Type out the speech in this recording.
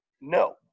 no